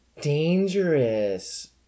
dangerous